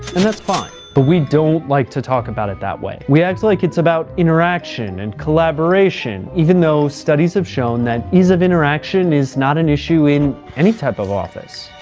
and that's fine. but we don't like to talk about it that way. we act like it's about interaction and collaboration, even though studies have shown that ease of interaction is not an issue in any type of office.